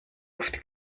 oft